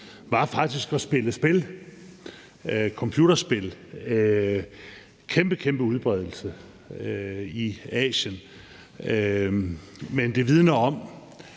var faktisk at spille spil – computerspil med kæmpe, kæmpe udbredelse i Asien. Men det vidner om,